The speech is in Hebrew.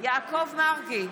יעקב מרגי,